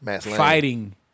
fighting